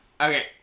Okay